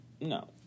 No